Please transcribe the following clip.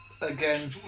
again